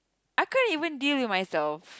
I can't even deal with myself